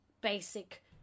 basic